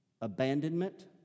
abandonment